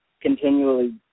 continually